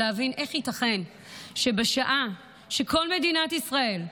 להבין איך זה ייתכן שבשעה שכל מדינת ישראל,